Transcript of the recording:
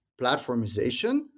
platformization